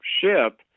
ship